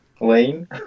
lane